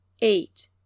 eight